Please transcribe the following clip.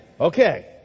Okay